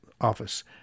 Office